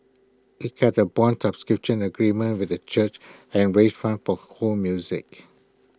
IT had A Bond subscription agreement with the church and raise funds for ho music